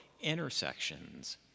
intersections